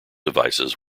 devices